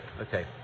okay